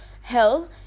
hell